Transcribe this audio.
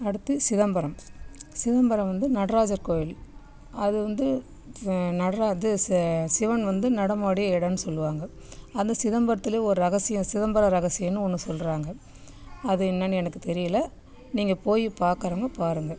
அடுத்து சிதம்பரம் சிதம்பரம் வந்து நடராஜர் கோவில் அது வந்து நடரா இது செ சிவன் வந்து நடமாடிய இடம்னு சொல்லுவாங்க அந்த சிதம்பரத்திலே ஒரு ரகசியம் சிதம்பர ரகசியம்னு ஒன்று சொல்கிறாங்க அது என்னென்று எனக்கு தெரியலை நீங்கள் போய் பார்க்கறவங்க பாருங்கள்